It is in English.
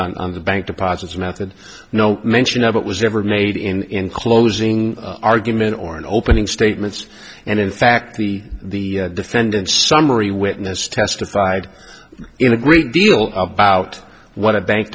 on the bank deposits method no mention of it was ever made in closing argument or in opening statements and in fact the the defendant's summary witness testified in a great deal about what a bank